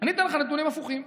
אני אתן לך נתונים הפוכים.